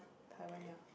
Taiwan ya